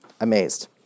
amazed